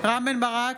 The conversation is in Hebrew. רם בן ברק,